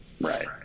Right